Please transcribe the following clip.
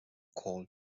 called